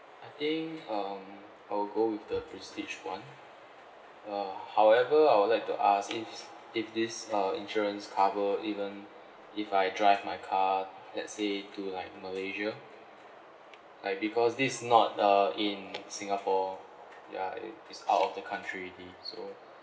I think um I will go with the prestige one uh however I would like to ask if if this uh insurance cover even if I drive my car let's say to like malaysia like because this is not uh in singapore ya it is out of the country already so